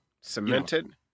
Cemented